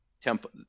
temple